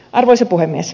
arvoisa puhemies